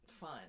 fun